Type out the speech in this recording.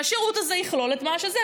שהשירות הזה יכלול את מה שזה.